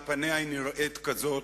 על פניה היא נראית כזאת,